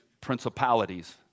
principalities